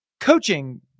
Coaching